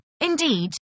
Indeed